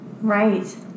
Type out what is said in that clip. Right